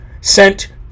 sent